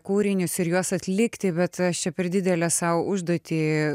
kūrinius ir juos atlikti bet aš čia per didelę sau užduotį